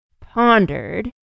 pondered